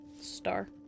Star